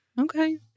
Okay